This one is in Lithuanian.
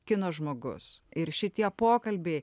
kino žmogus ir šitie pokalbiai